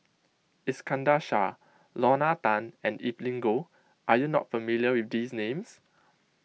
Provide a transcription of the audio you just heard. Iskandar Shah Lorna Tan and Evelyn Goh are you not familiar with these names